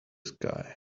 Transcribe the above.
sky